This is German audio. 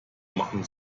machen